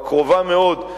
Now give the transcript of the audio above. הקרובה מאוד,